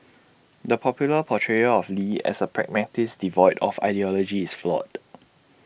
the popular portrayal of lee as A pragmatist devoid of ideology is flawed